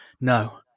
No